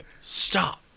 stop